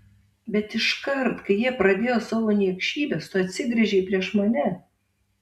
bet iškart kai jie pradėjo savo niekšybes tu atsigręžei prieš mane